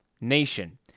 nation